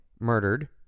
murdered